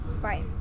Right